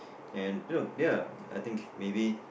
and you know ya I think maybe